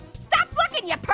stop looking, you perv.